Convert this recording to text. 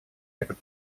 этот